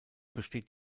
besteht